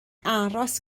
aros